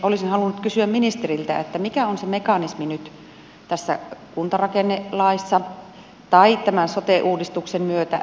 olisin halunnut kysyä ministeriltä mikä on se mekanismi nyt tässä kuntarakennelaissa tai tämän sote uudistuksen myötä